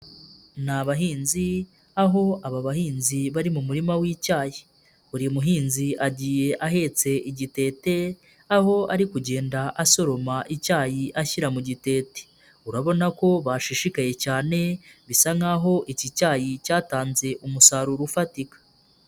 Ni abahinzi aho aba bahinzi bari mu murima w'icyayi. Buri muhinzi agiye ahetse igitete, aho ari kugenda asoroma icyayi ashyira mu gitete. Urabona ko bashishikaye cyane, bisa nkaho iki cyayi cyatanze umusaruro ufatika.